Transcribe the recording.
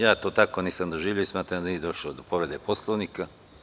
Ja to tako nisam doživeo i smatram da nije došlo do povrede Poslovnika.